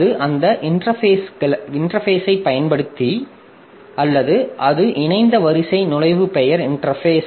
அது அந்த இன்டெர்பேஸைப் பயன்படுத்துகிறது அல்லது அது இணைந்த வரிசை நுழைவு பெயர் இன்டெர்பேஸ்